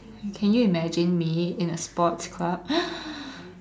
can you imagine me in a sports club